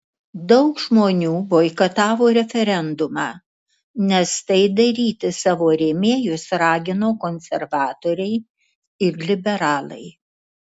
daug žmonių boikotavo referendumą nes tai daryti savo rėmėjus ragino konservatoriai ir liberalai